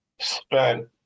spent